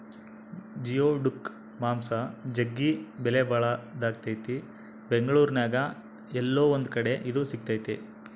geoduck ಮಾಂಸ ಜಗ್ಗಿ ಬೆಲೆಬಾಳದಾಗೆತೆ ಬೆಂಗಳೂರಿನ್ಯಾಗ ಏಲ್ಲೊ ಒಂದು ಕಡೆ ಇದು ಸಿಕ್ತತೆ